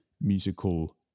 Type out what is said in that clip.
musical